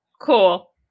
Cool